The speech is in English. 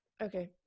Okay